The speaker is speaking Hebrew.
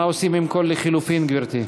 מה עושים עם כל הלחלופין, גברתי?